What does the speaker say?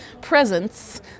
presents